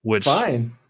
Fine